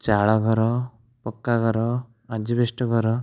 ଚାଳ ଘର ପକ୍କା ଘର ଆଜବେଷ୍ଟ୍ ଘର